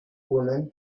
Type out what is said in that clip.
woman